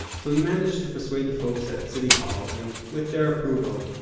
so he managed to persuade the folks at city hall and with their approval,